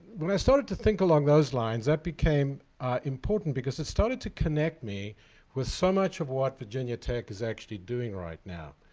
when i started to think along those lines, that became important because it started to connect me with so much of what virginia tech is doing right now.